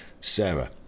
Sarah